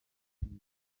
kenshi